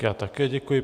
Já také děkuji.